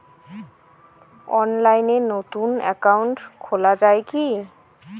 অনলাইনে নতুন একাউন্ট খোলা য়ায় কি?